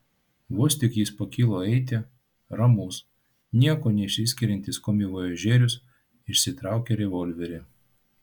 vos tik jis pakilo eiti ramus niekuo neišsiskiriantis komivojažierius išsitraukė revolverį